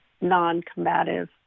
non-combative